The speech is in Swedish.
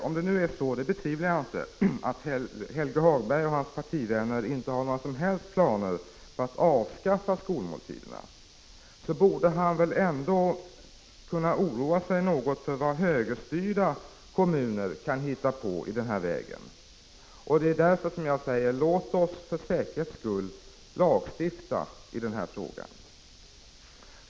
Om det nu är så — och det betvivlar jag inte — att Helge Hagberg och hans partivänner inte har några som helst planer på att avskaffa skolmåltiderna, borde han väl ändå oroa sig för vad högerstyrda kommuner kan hitta på i den här vägen. Det är därför jag säger: Låt oss för säkerhets skull lagstifta i denna fråga!